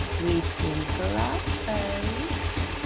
we twinkle our toes.